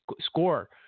score